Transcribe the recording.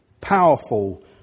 powerful